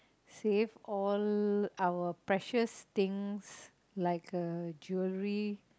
save all our precious things like jewelry